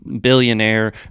billionaire